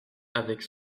avec